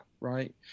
right